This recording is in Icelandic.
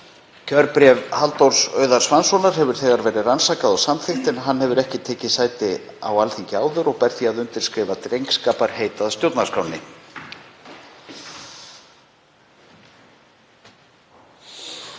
Kjörbréf Halldórs Auðar Svanssonar hefur þegar verið rannsakað og samþykkt, en hann hefur ekki tekið sæti á Alþingi áður og ber því að undirskrifa drengskaparheit að stjórnarskránni.